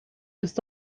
ist